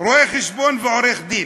רואה-חשבון ועורך-דין,